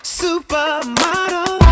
supermodel